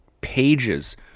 pages